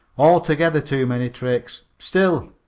altogether too many tricks. still,